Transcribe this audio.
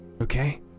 okay